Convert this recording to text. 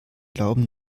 glauben